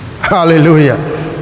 hallelujah